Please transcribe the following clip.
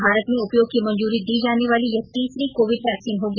भारत में उपयोग की मंजूरी दी जाने वाली यह तीसरी कोविड वैक्सीन होगी